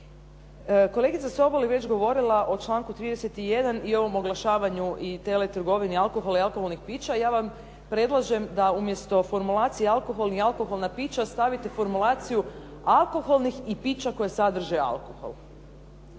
Kolegica Sobol je već govorila o članku 31. i ovom oglašavanju i tele trgovini alkohola i alkoholnih pića. Ja vam predlažem da umjesto formulacije alkohol i alkoholna pića staviti formulaciju alkoholnih i pića koja sadrže alkohol.